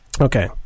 Okay